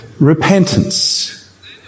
repentance